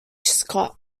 scott